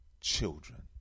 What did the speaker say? children